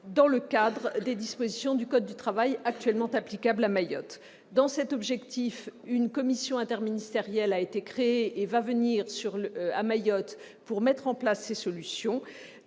dans le cadre des dispositions du code du travail actuellement applicables à Mayotte. Pour cela, une commission interministérielle a été créée ; elle se rendra à Mayotte pour mettre en place ces solutions.